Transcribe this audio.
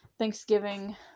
Thanksgiving